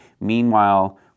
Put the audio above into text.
Meanwhile